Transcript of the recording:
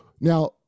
now